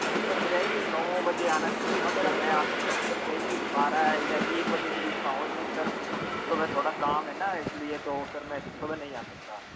अरे सर क्या है कि नौ बजे आना नहीं होगा मेरा मैं आ सकता हूँ सर क्या है कि बारह है या एक बजे के बीच में आऊंगा क्योंकि सर सुबह थोड़ा काम है ना इसलिए तो सर मैं सुबह नहीं आ सकता